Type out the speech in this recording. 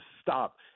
stop